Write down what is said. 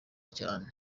cyane